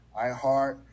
iHeart